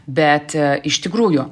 bet iš tikrųjų